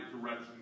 direction